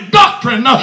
doctrine